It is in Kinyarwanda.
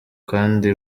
kandi